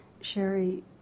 Sherry